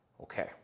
Okay